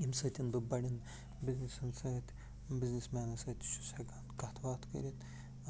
ییٚمہِ سۭتۍ بہٕ بَڑیٚن بِزنِسَن سۭتۍ بِزنِس مینَن سۭتۍ تہِ چھُس ہٮ۪کان کَتھ باتھ کٔرِتھ